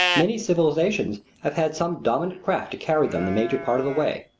many civilizations have had some dominant craft to carry them the major part of the way.